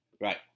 Right